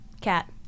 Cat